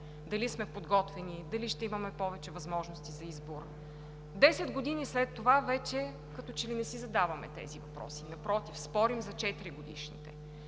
дали сме подготвени, дали ще имаме повече възможности за избор. Десет години след това вече като че ли не си задаваме тези въпроси, напротив, спорим за четиригодишните.